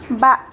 बा